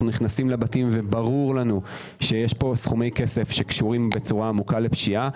נכנסים לבתים וברור לנו שיש פה סכומי כסף שקשורים בצורה עמוקה לפשיעה,